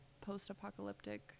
post-apocalyptic